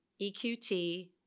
EQT